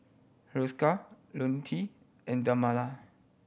Hiruscar Ionil T and Dermale